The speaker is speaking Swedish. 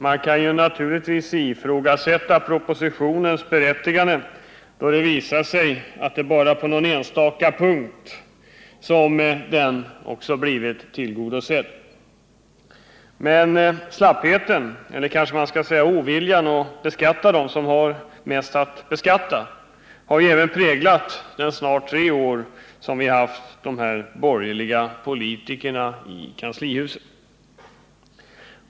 Vi kan naturligtvis ifrågasätta propositionens berättigande, då det visar sig att det bara är på någon enstaka punkt som den blivit tillgodosedd. Men slappheten, eller kanske man skall säga oviljan att beskatta dem som har mest att skatta för, har även präglat de snart gångna tre år som vi haft dessa borgerliga politiker i kanslihuset.